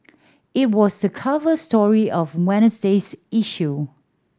it was the cover story of Wednesday's issue